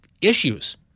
issues